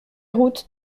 route